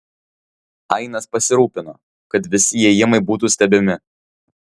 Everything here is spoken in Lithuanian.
ainas pasirūpino kad visi įėjimai būtų stebimi